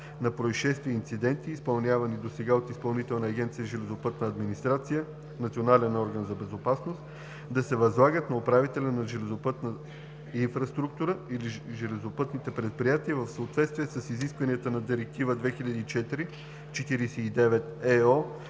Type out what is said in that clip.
на произшествия и инциденти, изпълнявани досега от Изпълнителна агенция „Железопътна администрация“ – национален орган за безопасност, да се възлагат на управителя на „Железопътна инфраструктура“ и железопътните предприятия в съответствие с изискванията на Директива 2004/49/ЕО